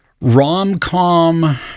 rom-com